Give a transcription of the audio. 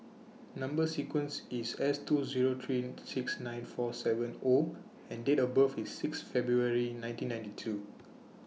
Number sequence IS S two Zero three six nine four seven O and Date of birth IS six February nineteen ninety two